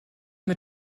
mit